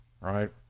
right